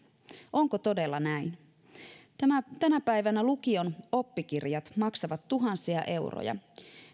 onko todella näin tänä päivänä lukion oppikirjat maksavat tuhansia euroja